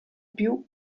più